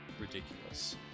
ridiculous